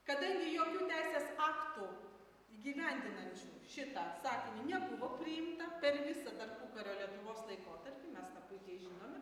kadangi jokių teisės aktų įgyvendinančių šitą sakinį nebuvo priimta per visą tarpukario lietuvos laikotarpį mes tą puikiai žinome